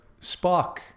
Spock